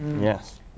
Yes